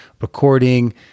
recording